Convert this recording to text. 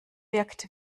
wirkt